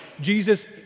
Jesus